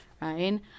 right